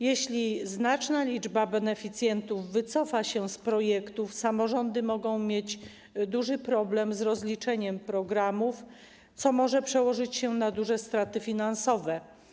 Jeśli znaczna liczba beneficjentów wycofa się z projektów, samorządy mogą mieć duży problem z rozliczeniem programów, co może przełożyć się na duże straty finansowe.